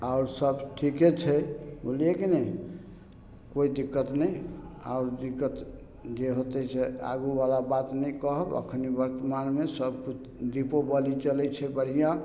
आओर सब ठीके छै बुझलियै की नहि कोइ दिक्कत नहि आब दिक्कत जे होतय से आगूवला बात नहि कहब एखनी वर्तमानमे सब किछु दीपोवली चलय छै बढ़िआँ